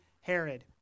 Herod